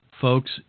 folks